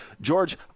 George